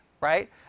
right